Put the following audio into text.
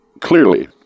clearly